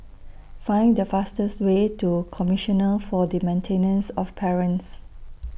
Find The fastest Way to Commissioner For The Maintenance of Parents